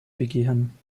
begehen